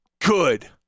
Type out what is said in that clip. good